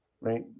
Right